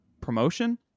promotion